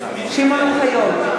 שמעון אוחיון,